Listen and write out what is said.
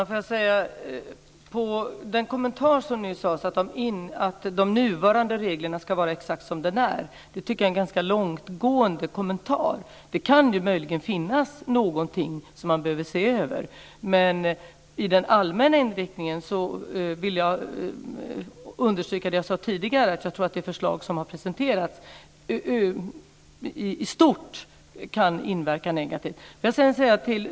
Fru talman! Kommentaren alldeles nyss att de nuvarande reglerna ska vara exakt som de är tycker jag är en ganska långtgående kommentar. Det kan möjligen finnas någonting som man behöver se över. När det gäller den allmänna inriktningen vill jag understryka det jag sade tidigare. Jag tror att det förslag som har presenterats i stort kan inverka negativt.